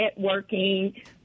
networking